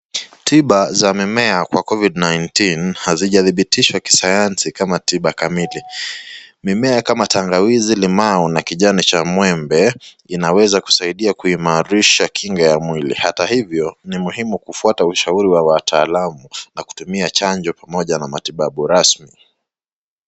Tiba za mimea wa Covid-19 hazithibitishwa kisayansi kama tiba kamili, mimea kama tangawizi, limau na kijani cha mwembe inaweza kusaidia kuimarisha kinga ya mwili. Hata hivyo ni muhimu kufuata ushauri wa wataalamu na kutumia chanjo pamoja na matibabu rasmi.